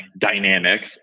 Dynamics